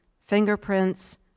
fingerprints